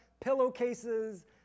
pillowcases